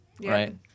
right